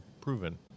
proven